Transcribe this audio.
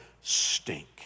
stink